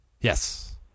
Yes